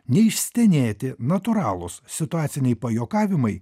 neišstenėti natūralūs situaciniai pajuokavimai